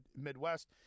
Midwest